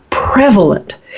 Prevalent